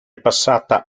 passata